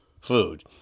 food